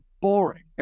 boring